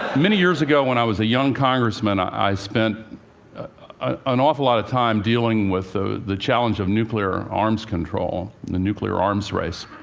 many years ago, when i was a young congressman, i spent an awful lot of time dealing with ah the challenge of nuclear arms control the nuclear arms race.